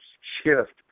shift